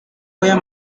where